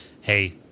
hey